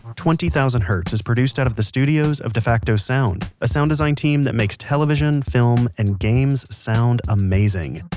twenty thousand hertz is produced out of the studios of defacto sound, a sound design team that makes television, film, and games sound amazing.